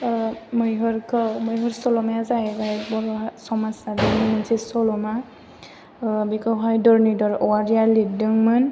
मैहुर सल'माया जाहैबाय बर' समाज हारिनि मोनसे सल'मा बेखौहाय धरनिध'र औवारिया लिरदोंमोन